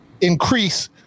increase